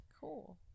cool